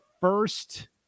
first